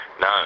No